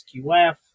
SQF